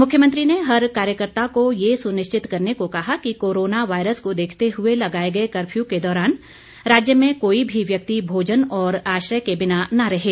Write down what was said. मुख्यमंत्री ने हर कार्यकर्ता को ये सुनिश्चित करने को कहा कि कोरोना वायरस को देखते हुए लगाए गए कर्फ्यू के दौरान राज्य में कोई भी व्यक्ति भोजन और आश्रय के बिना न रहें